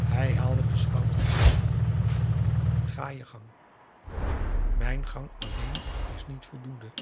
hij haalde de schouders op ga je gang mijn gang alleen is niet voldoende